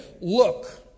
Look